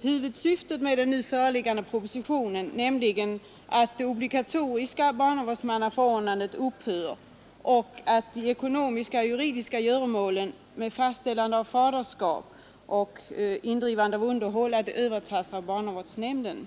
huvudsyftet med den nu föreliggande propositionen, nämligen att det obligatoriska barnavårdsmannaförordnandet upphör och att de ekonomiska och juridiska göromålen med fastställande av faderskap och indrivande av underhåll övertas av barnavårdsnämnden.